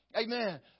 Amen